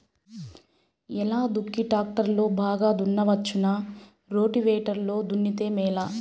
ఎలా దుక్కి టాక్టర్ లో బాగా దున్నవచ్చునా రోటివేటర్ లో దున్నితే మేలా?